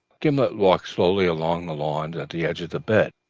gimblet walked slowly along the lawn at the edge of the bed,